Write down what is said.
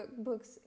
books